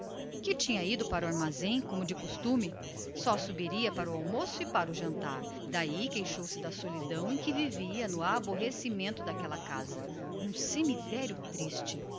que tinha ido para o armazém como de costume e só subiria para almoçar e para jantar daí queixou-se da solidão em que vivia no aborrecimento daquela casa um cemitério de triste